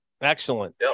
Excellent